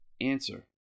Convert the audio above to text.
Answer